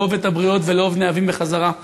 לאהוב את הבריות ולאהוב נאהבים בחזרה,